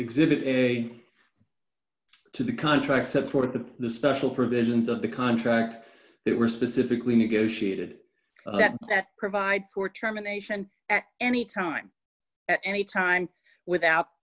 exhibit a to the contract support to the special provisions of the contract that were specifically negotiated that provide for trauma nation at any time at any time without